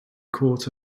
court